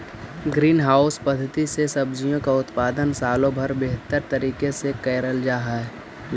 green house पद्धति से सब्जियों का उत्पादन सालों भर बेहतर तरीके से करल जा रहलई हे